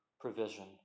provision